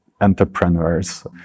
entrepreneurs